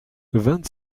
vingt